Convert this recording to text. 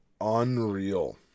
Unreal